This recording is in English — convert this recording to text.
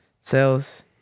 sales